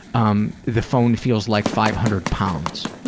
um the phone feels like five hundred pounds.